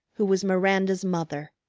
who was miranda's mother.